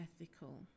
ethical